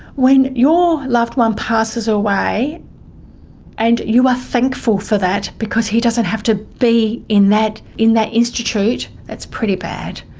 when your loved one passes away and you are thankful for that because he doesn't have to be in that in that institute, that's pretty bad.